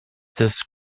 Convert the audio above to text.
this